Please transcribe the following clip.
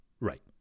Right